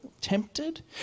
tempted